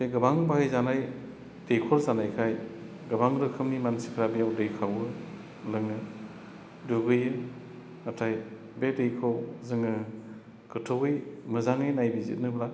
बे गोबां बाहायजानाय दैखर जानायखाय गोबां रोखोमनि मानसिफ्रा बेयाव दै खावो लोङो दुगैयो नाथाय बे दैखौ जोङो गोथौवै मोजाङै नायबिजिरोब्ला